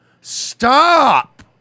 Stop